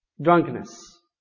drunkenness